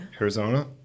Arizona